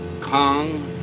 Kong